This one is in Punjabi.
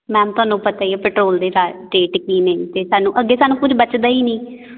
ਮੈਮ ਤੁਹਾਨੂੰ ਪਤਾ ਹੀ ਹੈ ਪੈਟਰੋਲ ਦੇ ਰਾ ਰੇਟ ਕੀ ਨੇ ਅਤੇ ਸਾਨੂੰ ਅੱਗੇ ਸਾਨੂੰ ਕੁਝ ਬਚਦਾ ਹੀ ਨਹੀਂ